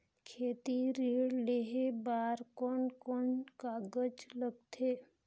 खेती ऋण लेहे बार कोन कोन कागज लगथे?